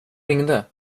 ringde